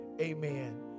amen